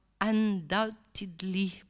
undoubtedly